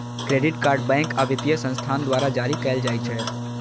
credit card bank आ वित्तीय संस्थान द्वारा जारी कैल जाइ छै